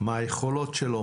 מה היכולות שלו,